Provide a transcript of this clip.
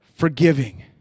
Forgiving